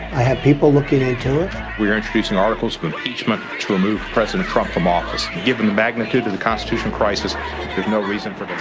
i have people looking into it we are introducing articles of impeachment to remove president trump from office. given the magnitude of the constitution crisis, there's no reason for the.